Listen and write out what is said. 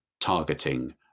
targeting